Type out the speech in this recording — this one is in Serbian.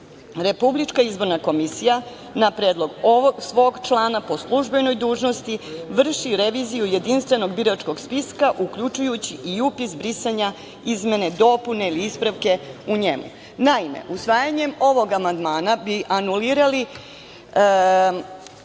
njemu od 2012. godine, RIK na predlog ovog svog člana po službenoj dužnosti vrši reviziju jedinstvenog biračkog spiska uključujući i upis brisanja, izmene i dopune ili ispravke u njemu. Naime, usvajanjem ovog amandmana bi anulirali